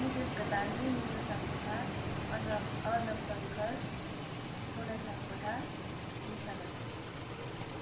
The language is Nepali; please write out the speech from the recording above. नितेश घतानी मिनु सापकोटा अर्नव अर्नव शङ्कर मुना सापकोटा निशा घतानी